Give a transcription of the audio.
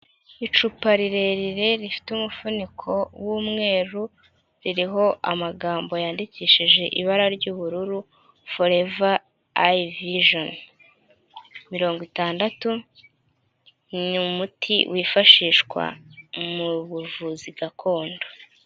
Icupa rirerire, rifite umufuniko w'umweru, ririho amagambo yandikishije ibara ry'ubururu, foreva ayi vijoni. Mirongo itandatu, ni umuti wifashishwa mu buvuzi gakondo.